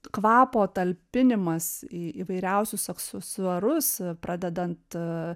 kvapo talpinimas į įvairiausius aksesuarus pradedant